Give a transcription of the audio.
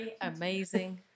amazing